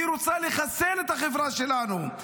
היא רוצה לחסל את החברה שלנו.